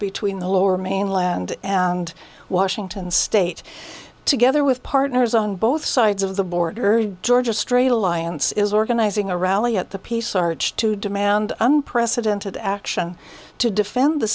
between the lower mainland and washington state together with partners on both sides of the border georgia straight alliance is organizing a rally at the peace arch to demand unprecedented action to defend the